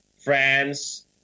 France